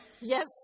Yes